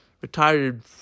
retired